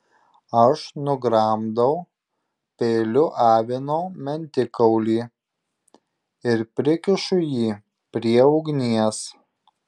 aš nugramdau peiliu avino mentikaulį ir prikišu jį prie ugnies